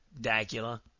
Dacula